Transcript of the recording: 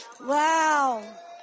Wow